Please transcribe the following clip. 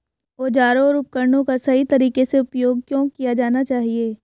औजारों और उपकरणों का सही तरीके से उपयोग क्यों किया जाना चाहिए?